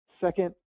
Second